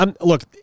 Look